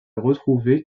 retrouvés